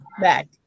back